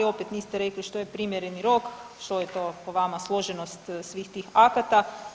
Opet niste rekli što je primjereni rok, što je to, po vama, složenost svih tih akata.